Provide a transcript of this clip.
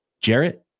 Jarrett